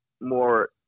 more